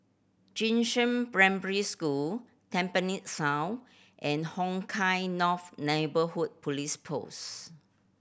Jing Shan Primary School Tampines South and Hong Kah North Neighbourhood Police Post